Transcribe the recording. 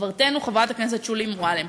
חברתנו חברת הכנסת שולי מועלם.